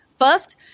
first